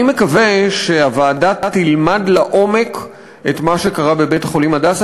אני מקווה שהוועדה תלמד לעומק את מה שקרה בבית-חולים "הדסה",